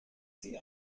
sie